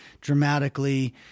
dramatically